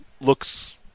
looks